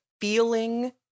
feeling